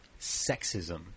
sexism